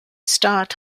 start